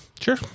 Sure